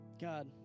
God